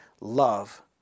love